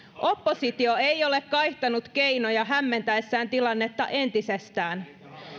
oppositio ei ole kaihtanut keinoja hämmentäessään tilannetta entisestään